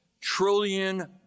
trillion